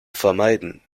vermeiden